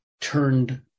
turned